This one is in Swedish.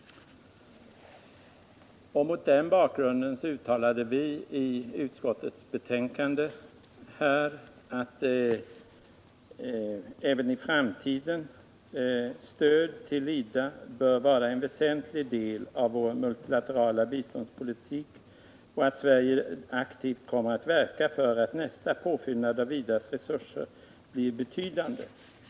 Mot den bakgrunden uttalade vi i utskottets betänkande att även i framtiden bör stöd till IDA ”vara en väsentlig del av vår multilaterala biståndspolitik och att Sverige aktivt kommer att verka för att nästa påfyllnad av IDA:s resurser blir betydande”.